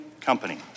company